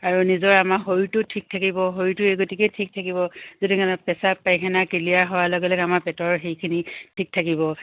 আৰু নিজৰ আমাৰ শৰীৰটো ঠিক থাকিব শৰীৰটো এই গতিকে ঠিক থাকিব যদি প্ৰাস্ৰাৱ পায়খানা ক্লিয়াৰ হোৱাৰ লগে লগে আমাৰ পেটৰ হেৰিখিনি ঠিক থাকিব